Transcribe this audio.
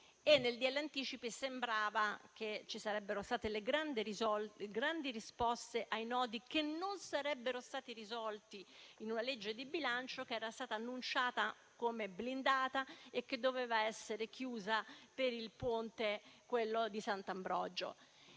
anticipi, dove sembrava che ci sarebbero state le grandi risposte ai nodi che non sarebbero stati risolti in una legge di bilancio che era stata annunciata come blindata e che doveva essere chiusa per il ponte di Sant'Ambrogio.